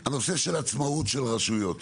זה נושא עצמאות הרשויות.